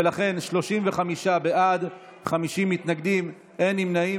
ולכן 35 בעד, 50 מתנגדים, אין נמנעים.